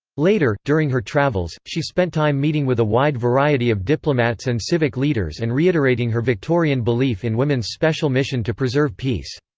later, during her travels, she spent time meeting with a wide variety of diplomats and civic leaders and reiterating her victorian belief in women's special mission to preserve peace.